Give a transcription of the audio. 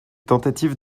tentatives